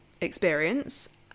experience